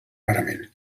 rarament